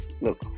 Look